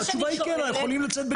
התשובה היא כן, אנחנו יכולים לצאת בקריאה.